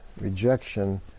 rejection